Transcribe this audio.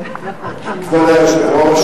כבוד היושב-ראש,